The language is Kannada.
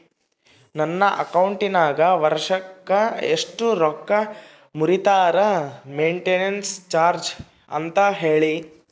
ನನ್ನ ಅಕೌಂಟಿನಾಗ ವರ್ಷಕ್ಕ ಎಷ್ಟು ರೊಕ್ಕ ಮುರಿತಾರ ಮೆಂಟೇನೆನ್ಸ್ ಚಾರ್ಜ್ ಅಂತ ಹೇಳಿ?